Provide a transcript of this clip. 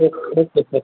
okay okay sir